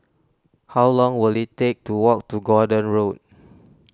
how long will it take to walk to Gordon Road